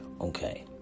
Okay